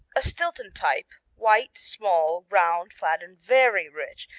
a stilton type, white, small, round, flat and very rich,